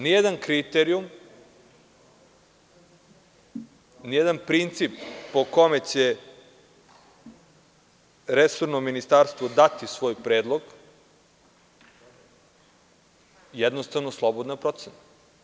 Nijedan kriterijum, ni jedan princip po kome će resorno ministarstvo dati svoj predlog, jednostavno, slobodna je procena.